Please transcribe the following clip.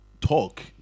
talk